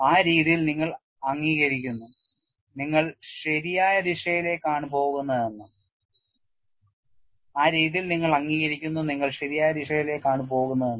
ആ രീതിയിൽ നിങ്ങൾ അംഗീകരിക്കുന്നു നിങ്ങൾ ശരിയായ ദിശയിലേക്കാണ് പോകുന്നതെന്ന്